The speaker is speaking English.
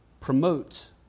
promotes